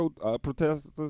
protesters